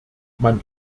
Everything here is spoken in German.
man